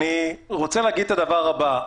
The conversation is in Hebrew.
אני רוצה להגיד את הדבר הבא,